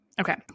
Okay